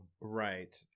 right